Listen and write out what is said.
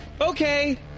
okay